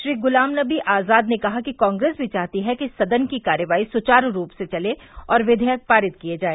श्री गुलाम नबी आजाद ने कहा कि कांग्रेस भी चाहती है कि सदन की कार्रवाई सुचारू रूप से चले और विधेयक पारित किए जाए